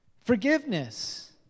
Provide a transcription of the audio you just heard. forgiveness